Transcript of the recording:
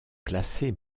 classées